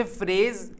phrase